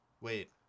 wait